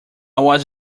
was